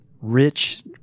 rich